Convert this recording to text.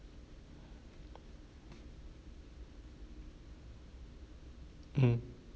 mm